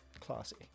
Classy